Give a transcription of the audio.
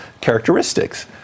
characteristics